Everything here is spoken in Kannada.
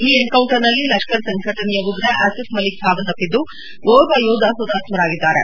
ಈ ಎನ್ಕೌಂಟರ್ನಲ್ಲಿ ಲಷ್ಕರ್ ಸಂಘಟನೆಯ ಉಗ್ರ ಆಸಿಫ್ ಮಲಿಕ್ ಸಾವನ್ನಪಿದ್ದು ಓರ್ವ ಯೋಧ ಹುತಾತ್ಮರಾಗಿದ್ದಾರೆ